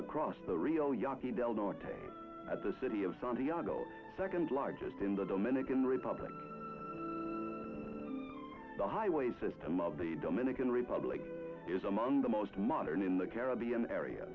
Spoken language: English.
across the rio yaki del norte at the city of santiago second largest in the dominican republic the highway system of the dominican republic is among the most modern in the caribbean area